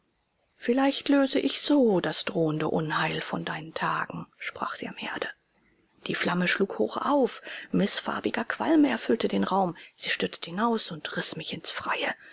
vielleicht löse ich so das drohende unheil von deinen tagen sprach sie am herde die flamme schlug hoch auf mißfarbiger qualm erfüllte den raum sie stürzte hinaus und riß mich ins freie